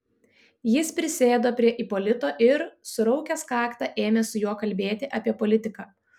jis prisėdo prie ipolito ir suraukęs kaktą ėmė su juo kalbėti apie politiką